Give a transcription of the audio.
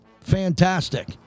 Fantastic